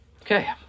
okay